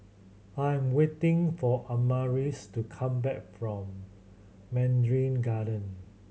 I am waiting for Amaris to come back from Mandarin Garden